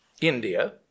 India